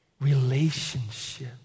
relationship